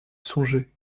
songé